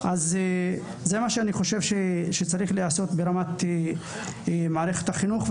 אז אלה הדברים שאני חושב שצריכים להיעשות ברמה של מערכת החינוך.